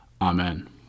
Amen